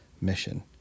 mission